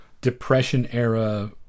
Depression-era